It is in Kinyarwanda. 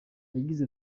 yagize